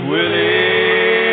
Willie